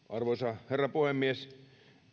arvoisa herra puhemies